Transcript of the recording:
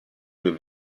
mir